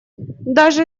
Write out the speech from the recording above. даже